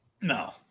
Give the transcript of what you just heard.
No